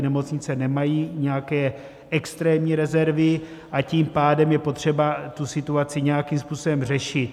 Nemocnice nemají nějaké extrémní rezervy, a tím pádem je potřeba tu situaci nějakým způsobem řešit.